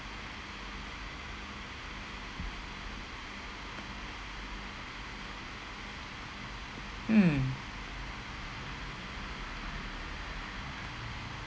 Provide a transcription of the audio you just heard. hmm